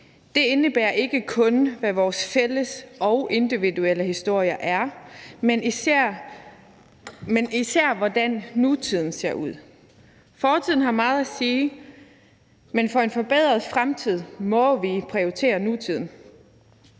Det indebærer ikke kun, hvad vores fælles og individuelle historier er, men især også hvordan nutiden ser ud. Fortiden har meget at sige, men for at få en forbedret fremtid må vi prioritere nutiden